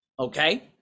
Okay